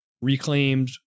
reclaimed